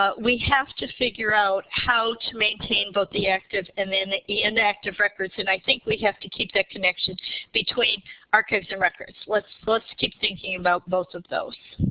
but we have to figure out how to maintain both the active and the inactive records. and i think we have to keep that connection between archives and records. let's keep thinking about both of those.